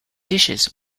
dishes